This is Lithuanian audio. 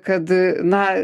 kad na